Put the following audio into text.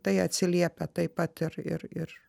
tai atsiliepia taip pat ir ir ir